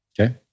Okay